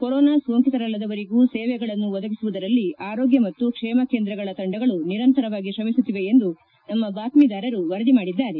corona ಸೋಂಕಿತರಲ್ಲದವರಿಗೂ ಸೇವೆಗಳನ್ನು ಒದಗಿಸುವುದರಲ್ಲಿ ಆರೋಗ್ಯ ಮತ್ತು ಕ್ಷೇಮ ಕೇಂದ್ರಗಳ ತಂಡಗಳು ನಿರಂತರವಾಗಿ ಶ್ರಮಿಸುತ್ತಿವೆ ಎಂದು ಬಾತ್ವೀದಾರರು ವರದಿ ಮಾಡಿದ್ದಾರೆ